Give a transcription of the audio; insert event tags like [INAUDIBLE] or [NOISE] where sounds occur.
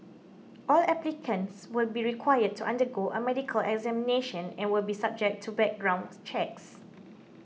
all applicants will be required to undergo a medical examination and will be subject to background [UNINTELLIGIBLE] checks